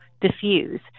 diffuse